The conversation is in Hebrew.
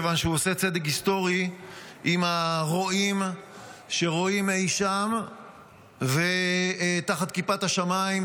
מכיוון שהוא עושה צדק היסטורי עם הרועים שרועים אי שם תחת כיפת השמיים.